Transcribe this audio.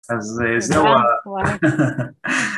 אז זהו ה...